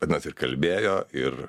anas ir kalbėjo ir